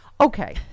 Okay